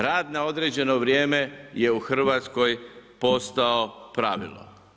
Rad na određeno vrijeme je u Hrvatskoj posao pravilo.